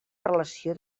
relació